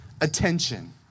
attention